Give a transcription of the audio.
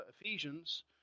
Ephesians